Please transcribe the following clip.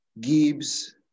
Gibbs